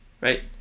right